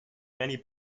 many